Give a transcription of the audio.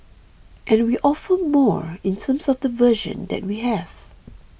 and we offer more in terms of the version that we have